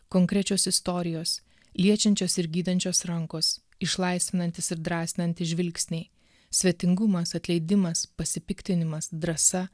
konkrečios istorijos liečiančios ir gydančios rankos išlaisvinantys ir drąsinantys žvilgsniai svetingumas atleidimas pasipiktinimas drąsa